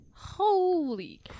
Holy